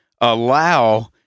allow